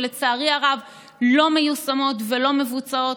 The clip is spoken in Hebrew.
שלצערי הרב לא מיושמות ולא מבוצעות.